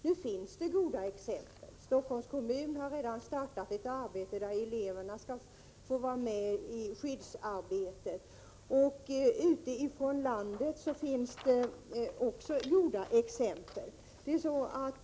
Det finns emellertid goda exempel. Stockholms kommun har redan startat med att eleverna skall få vara med i skyddsarbetet. Det finns också exempel ute i landet.